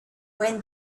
when